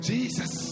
Jesus